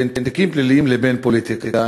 בין תיקים פליליים לבין פוליטיקה.